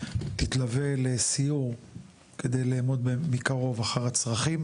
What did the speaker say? תתלווה לסיור כדי לאמוד מקרוב אחר הצרכים,